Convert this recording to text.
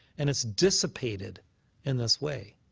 and it's dissipated in this way.